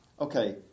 okay